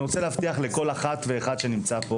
אני רוצה להבטיח לכל אחת ואחד שנמצא,